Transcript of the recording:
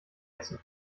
essen